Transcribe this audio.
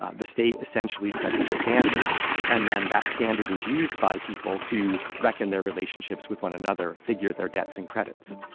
ah the state essentially sets the standard and then that standard is used by people to reckon their relationships with one another, figure their debts and credits